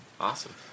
Awesome